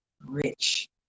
rich